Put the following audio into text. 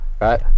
right